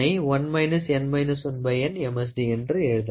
D என்று எழுதலாம்